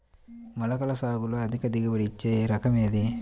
మొలకల సాగులో అధిక దిగుబడి ఇచ్చే రకం ఏది?